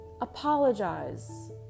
apologize